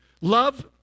Love